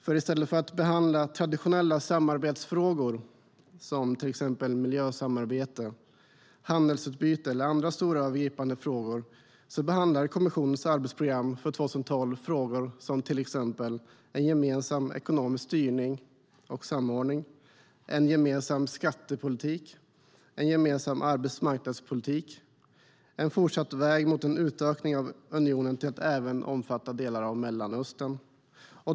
I stället för att behandla traditionella samarbetsfrågor, som miljösamarbete, handelsutbyte eller andra stora övergripande frågor, behandlar kommissionens arbetsprogram för 2012 frågor som till exempel en gemensam ekonomisk styrning och samordning, en gemensam skattepolitik, en gemensam arbetsmarknadspolitik och en fortsatt väg mot en utökning av unionen till att även omfatta delar av Mellanöstern.